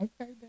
Okay